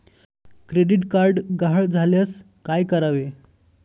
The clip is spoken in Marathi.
क्रेडिट कार्ड गहाळ झाल्यास काय करावे?